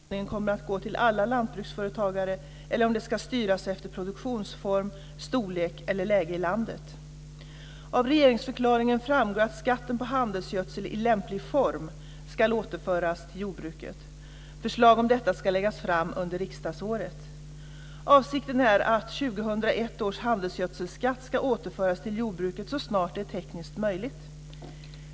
Fru talman! Per-Samuel Nisser har med anledning av den överenskommelse som träffats mellan regeringen och LRF om bl.a. återföring av vissa avgifter i jordbruket frågat om pengar kommer att utbetalas fr.o.m. nästa år. Per-Samuel Nisser har också frågat mig om återbetalningen kommer att gå till alla lantbruksföretagare eller om den ska styras efter produktionsform, storlek eller läge i landet. Av regeringsförklaringen framgår att skatten på handelsgödsel i lämplig form ska återföras till jordbruket. Förslag om detta ska läggas fram under riksdagsåret. Avsikten är att 2001 års handelsgödselskatt ska återföras till jordbruket så snart det är tekniskt möjligt.